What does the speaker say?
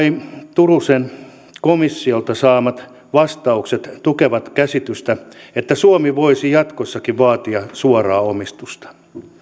turusen komissiolta saamat vastaukset tukevat käsitystä että suomi voisi jatkossakin vaatia suoraa omistusta